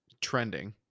trending